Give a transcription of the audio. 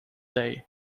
day